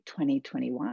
2021